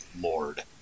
lord